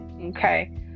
Okay